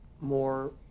more